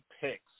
picks